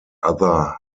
other